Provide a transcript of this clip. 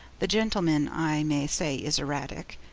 the gentleman, i may say, is erratic.